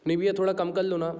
नहीं भैया थोड़ा कम कर लो ना